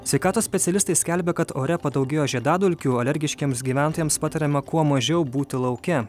sveikatos specialistai skelbia kad ore padaugėjo žiedadulkių alergiškiems gyventojams patariama kuo mažiau būti lauke